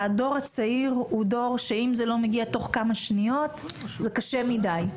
הדור הצעיר הוא דור שאם זה לא מגיע תוך כמה שניות זה קשה מדי,